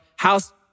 house